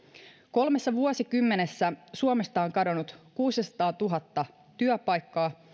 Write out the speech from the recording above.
kolmessa vuosikymmenessä suomesta on kadonnut kuusisataatuhatta työpaikkaa